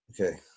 Okay